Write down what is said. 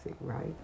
right